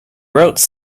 wrote